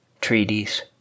treaties